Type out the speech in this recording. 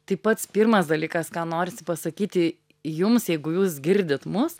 tai pats pirmas dalykas ką norisi pasakyti jums jeigu jūs girdit mus